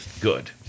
good